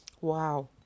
wow